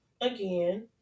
again